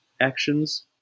actions